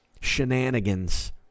shenanigans